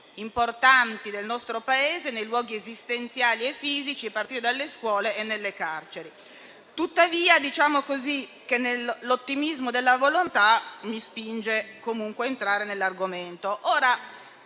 importanti del nostro Paese, nei luoghi esistenziali e fisici, a partire dalle scuole e dalle carceri. Tuttavia, l'ottimismo della volontà mi spinge comunque a entrare nell'argomento.